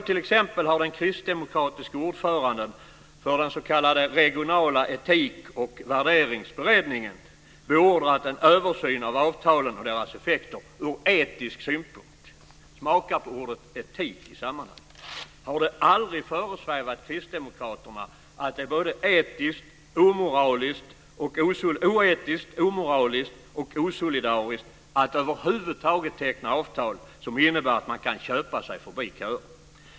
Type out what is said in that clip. T.ex. har den kristdemokratiske ordföranden för den regionala etik och värderingsberedningen beordrat en översyn av avtalen och deras effekter ur etisk synpunkt. Smaka på ordet etik i sammanhanget. Har det aldrig föresvävat kristdemokraterna att det är oetiskt, omoraliskt och osolidariskt att över huvud taget teckna avtal som innebär att man kan köpa sig förbi köer?